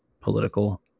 political